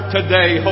today